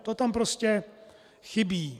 To tam prostě chybí.